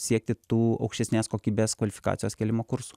siekti tų aukštesnės kokybės kvalifikacijos kėlimo kursų